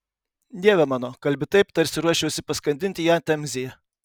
dieve mano kalbi taip tarsi ruoščiausi paskandinti ją temzėje